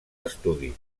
estudis